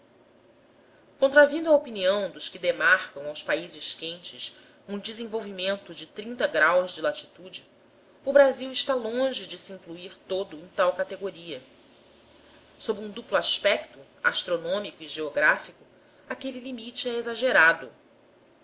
físico contravindo à opinião dos que demarcam aos países quentes um desenvolvimento de o de latitude o brasil está longe de se incluir em todo em tal categoria sob um duplo aspecto astronômico e geográfico aquele limite é exagerado